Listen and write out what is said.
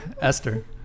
Esther